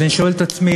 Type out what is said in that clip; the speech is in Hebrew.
אז אני שואל את עצמי,